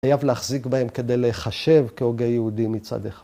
‫לייב להחזיק בהם כדי לחשב ‫כהוגה יהודי מצד אחד.